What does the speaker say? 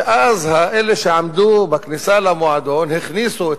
ואז אלה שעמדו בכניסה למועדון הכניסו את